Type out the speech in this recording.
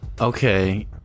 Okay